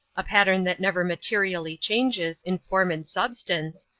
a pattern that never materially changes, in form and substance,